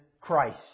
Christ